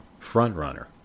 frontrunner